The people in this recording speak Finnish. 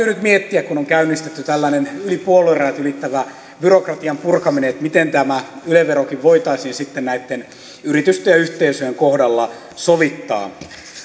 nyt miettiä kun on käynnistetty tällainen puoluerajat ylittävä byrokratian purkaminen että miten tämä yle verokin voitaisiin sitten näitten yritysten ja yhteisöjen kohdalla sovittaa